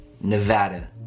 Nevada